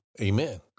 Amen